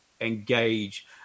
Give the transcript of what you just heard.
engage